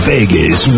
Vegas